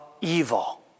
evil